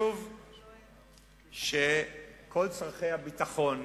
חשוב שכל צורכי הביטחון,